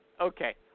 okay